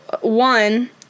One